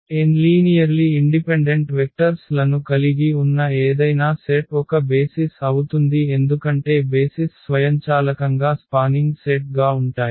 n linearly independent vectors లను కలిగి ఉన్న ఏదైనా సెట్ ఒక బేసిస్ అవుతుంది ఎందుకంటే బేసిస్ స్వయంచాలకంగా స్పానింగ్ సెట్ గా ఉంటాయి